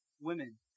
women